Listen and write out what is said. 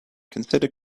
consider